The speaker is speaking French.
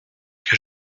que